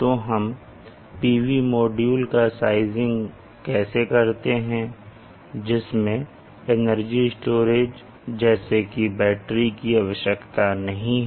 तो हम PV module का साइजिंग कैसे करते हैं जिसमें एनर्जी स्टोरेज जैसे की बैटरी आवश्यकता नहीं है